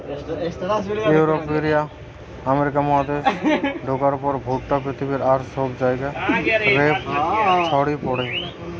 ইউরোপীয়রা আমেরিকা মহাদেশে ঢুকার পর ভুট্টা পৃথিবীর আর সব জায়গা রে ছড়ি পড়ে